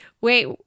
wait